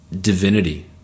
divinity